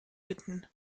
bitten